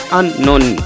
unknown